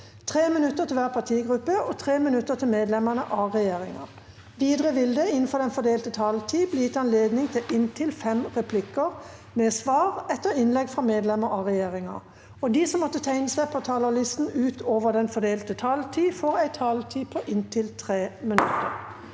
3 minutter til hver partigruppe og 3 minutter til medlemmer av regjeringa. Videre vil det – innenfor den fordelte taletid – bli gitt anledning til inntil fem replikker med svar etter innlegg fra medlemmer av regjeringa, og de som måtte tegne seg på talerlista utover den fordelte taletid, får også en taletid på inntil 3 minutter.